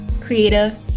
creative